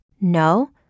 No